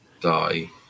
die